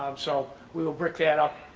um so we will break that up,